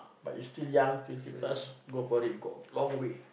but you still young fifteen plus go for it you got a long way